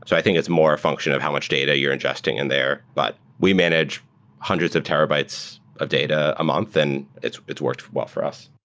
so i think it's more a function of how much data you're ingesting in there. but we manage hundreds of terabytes of data a month and it's it's worked well for us.